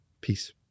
Peace